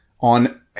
on